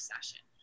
session